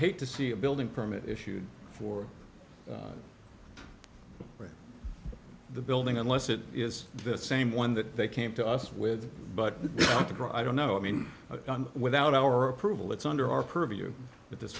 hate to see a building permit issued for the building unless it is the same one that they came to us with but to draw i don't know i mean without our approval it's under our purview at this